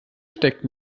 steckt